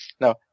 No